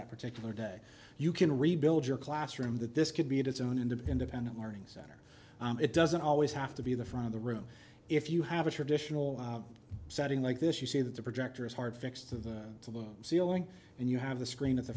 that particular day you can rebuild your classroom that this could be its own and independent learning center it doesn't always have to be the front of the room if you have a traditional setting like this you see that the projector is hard fixed to the to loom ceiling and you have the screen at the